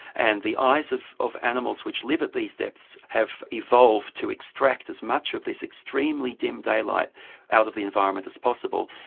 and the eyes of of animals which live at these depths have evolved to extract as much of this extremely dim daylight out of the environment as possible.